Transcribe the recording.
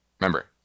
Remember